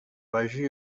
vagi